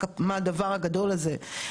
ואני מניחה שתהיה הוראת שעה,